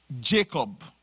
Jacob